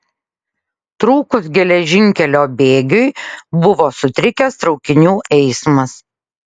trūkus geležinkelio bėgiui buvo sutrikęs traukinių eismas